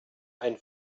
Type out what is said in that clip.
ein